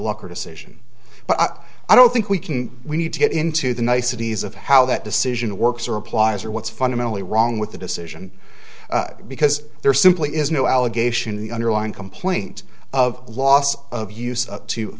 laugher decision but i don't think we can we need to get into the niceties of how that decision works or applies or what's fundamentally wrong with the decision because there simply is no allegation the underlying complaint of loss of use